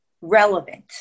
relevant